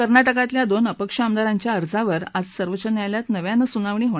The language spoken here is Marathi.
कर्नाटकातल्या दोन अपक्ष आमदारांच्या अर्जावर आज सर्वोच्च न्यायालयात नव्यानं सुनावणी होणार आहे